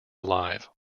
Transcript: alive